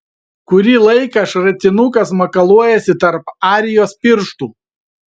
kurį laiką šratinukas makaluojasi tarp arijos pirštų